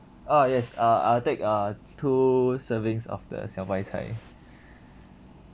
ah yes uh I'll take uh two servings of the 小白菜